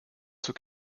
zur